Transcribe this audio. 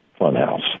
funhouse